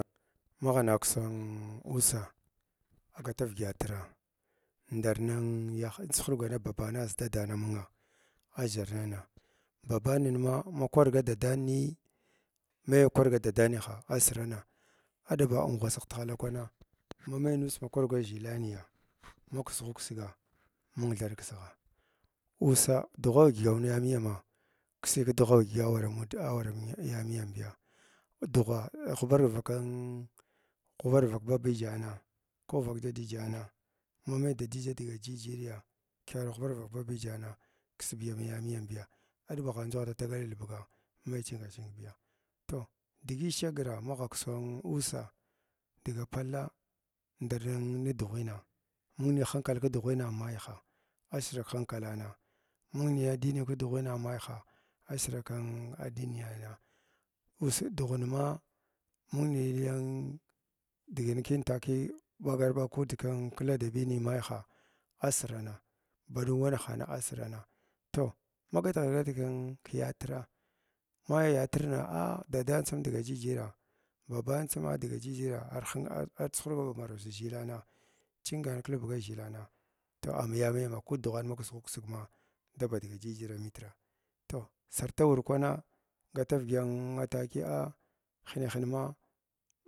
Maghna ksin ksusaa agata vyədyatra ndar ning yahyən tsuhurgana babana aʒ dadama amunga a dʒarnna babanin maa makwarga dadani mai ma kwarga dadaniha asirana aɗba ngwasa tihala kwana mamai nussi makwar zhiilani makisgh kisga mung thaɗa kskgha uussa dughwa vidyga ya miyana ksji kdughura waɗyəgi ya awara mudi araram yamiyambiya ma dughwa ghubarg vakan babijana ko vak dadijana mung dadiji digi jiririri kyaowar ghubarg vak babəjana ksbi anyamiyami aɗba agha ndʒa da tagar albuga mai chnga chingi toh digi shagran magh ksaann ussa dga palla ndar nun ni dughwins mung ni hankal kdughwina maiha asira khankalama mung naddini kolughwins maiha asira kin kaddiniyana us dughunma mung ning digin kin tzkiy ɓagarɓag kud kladabini maiha asirana ba ɗumm wznahana asirana toh ma gatghara gatig kin iliyatra mai yatrinas a dadanina tsin dga jijara babanin tsin dga jijira arhin ar chuhurga ba maraw dʒhikna chingan kilbuga zhikna toh an ya miyama ko dughwa naaksghu ksgma daba dga jijira a mitra toh sarta wurkwa na gata vyodya an tzkiya a hinhin ma